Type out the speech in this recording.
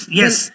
yes